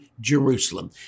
Jerusalem